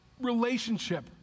relationship